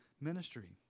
ministry